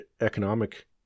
economic